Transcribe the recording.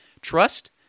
Trust